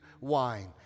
wine